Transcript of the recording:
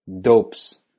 dopes